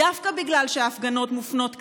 דווקא בגלל שההפגנות מופנות כלפיכם,